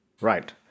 Right